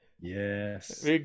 Yes